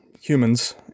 humans